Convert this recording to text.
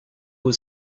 were